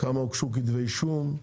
כמה הוגשו כתבי אישום,